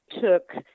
took